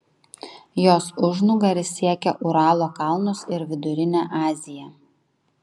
jos užnugaris siekia uralo kalnus ir vidurinę aziją